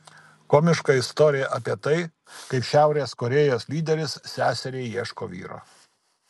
komiška istorija apie tai kaip šiaurės korėjos lyderis seseriai ieško vyro